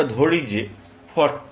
আমরা ধরি যে 40